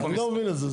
אני לא מבין את זה.